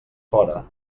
fora